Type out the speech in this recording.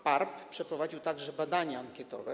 PARP przeprowadziła także badania ankietowe.